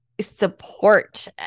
support